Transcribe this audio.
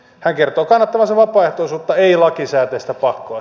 hän kertoo kannattavansa vapaaehtoisuutta ei lakisääteistä pakkoa